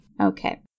Okay